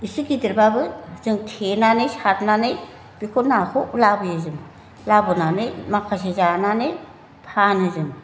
एसे गिदिरब्लाबो जों थेनानै सारनानै बेखौ नाखौ लाबोयो जों लाबोनानै माखासे जानानै फानो जों